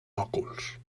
òculs